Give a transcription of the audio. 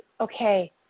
okay